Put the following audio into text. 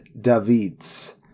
davids